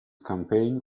campaign